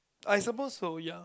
I suppose so ya